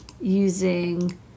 using